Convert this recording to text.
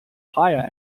higher